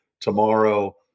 tomorrow